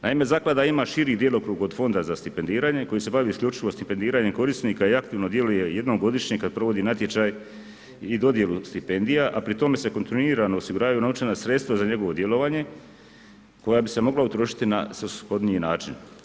Naime, zaklada ima širi djelokrug od Fonda za stipendiranje koji se bavi isključivo stipendiranjem korisnika i aktivno djeluje jednom godišnje kada provodi natječaj i dodjelu stipendija a pri tome se kontinuirano osiguravanju novčana sredstva za njegovo djelovanje koja bi se mogla utrošiti na svrsishodniji način.